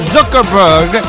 Zuckerberg